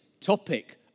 topic